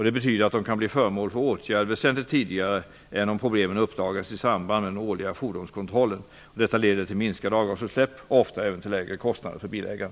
Det betyder att de kan bli föremål för åtgärd väsentligt tidigare än om problemen uppdagas i samband med den årliga fordonskontrollen. Detta leder till minskade avgasutsläpp och ofta även till lägre kostnader för bilägaren.